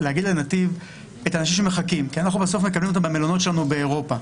האנשים שמחכים כי אנחנו בסוף מקבלים אותם במלונות שלנו באירופה.